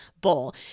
bowl